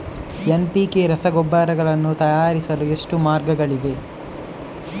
NPK ರಸಗೊಬ್ಬರಗಳನ್ನು ತಯಾರಿಸಲು ಎಷ್ಟು ಮಾರ್ಗಗಳಿವೆ?